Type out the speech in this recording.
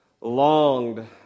longed